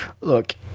Look